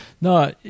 No